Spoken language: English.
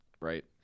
Right